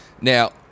Now